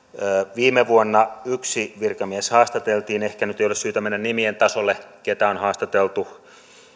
viime vuonna yksi virkamies haastateltiin ehkä nyt ei ole syytä mennä nimien tasolle ketä on haastateltu